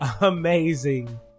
amazing